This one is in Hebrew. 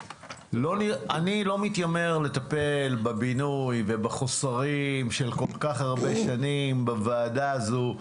אני לא מתיימר לטפל בבינוי ובחסרים של כל כך הרבה שנים בוועדה הזו.